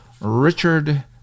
Richard